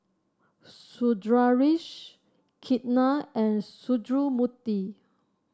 Sundaresh Ketna and Sundramoorthy